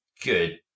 good